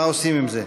מה עושים עם זה?